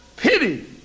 Pity